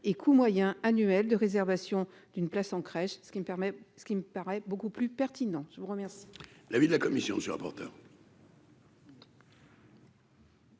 et coût moyen annuel de réservation d'une place en crèche, ce qui me permet, ce qui me paraît beaucoup plus pertinent, je vous remercie. L'avis de la commission monsieur rapporteur.